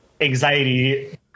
anxiety